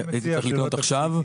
הייתי יכול לקנות עכשיו,